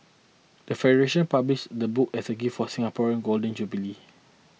the federation published the book as a gift for Singapore in Golden Jubilee